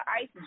Ice